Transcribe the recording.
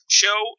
show